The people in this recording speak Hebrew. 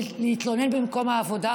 להתלונן במקום העבודה,